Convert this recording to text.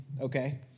Okay